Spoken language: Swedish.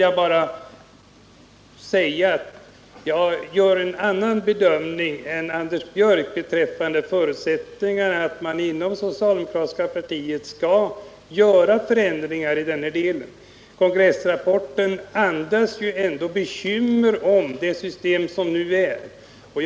Jag gör en annan bedömning än Anders Björck beträffande förutsättningarna för att man inom det socialdemokratiska partiet skall göra förändringar i denna del. Kongressrapporten andas ändå bekymmer om det system som nu är rådande.